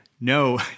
No